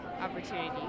opportunity